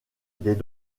des